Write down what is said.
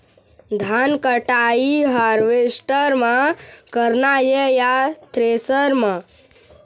धान कटाई हारवेस्टर म करना ये या थ्रेसर म?